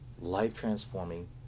life-transforming